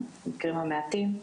במקרים המעטים,